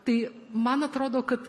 tai man atrodo kad